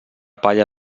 palla